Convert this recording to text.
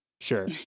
Sure